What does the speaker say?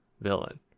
villain